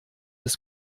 des